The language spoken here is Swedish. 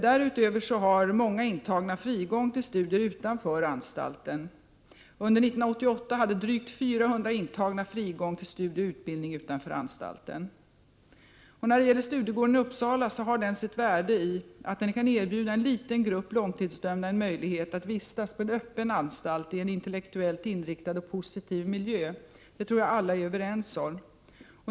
Därutöver har många intagna frigång för studier utanför anstalten. Under 1988 hade drygt 400 intagna frigång för studier och utbildning utanför anstalten. Studiegården i Uppsala har sitt värde i att den kan erbjuda en liten grupp långtidsdömda en möjlighet att vistas på en öppen anstalt i en intellektuellt inriktad och positiv miljö. Det tror jag alla är överens om.